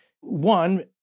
One